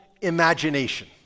imagination